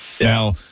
Now